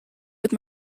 with